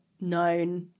known